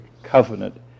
covenant